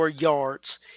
yards